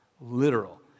literal